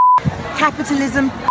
Capitalism